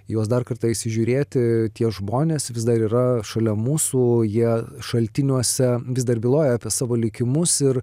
į juos dar kartą įsižiūrėti tie žmonės vis dar yra šalia mūsų jie šaltiniuose vis dar byloja apie savo likimus ir